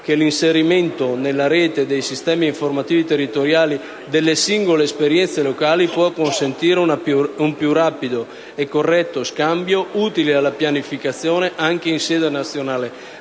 che l'inserimento nella rete dei sistemi informativi territoriali delle singole esperienze locali può consentire un più rapido e corretto scambio utile alla pianificazione anche in sede nazionale,